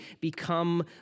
become